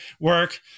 work